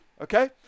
Okay